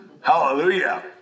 Hallelujah